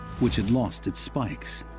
which had lost its spikes?